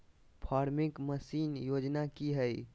Farming machine योजना कि हैय?